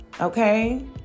okay